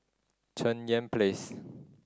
Cheng Yan Place